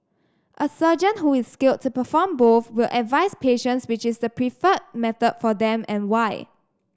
a surgeon who is skilled to perform both will advise patients which is the preferred method for them and why